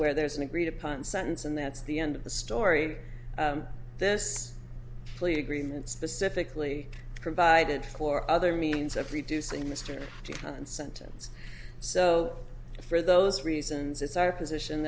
where there is an agreed upon sentence and that's the end of the story this plea agreement specifically provided for other means of reducing mr and sentence so for those reasons it's our position